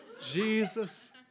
Jesus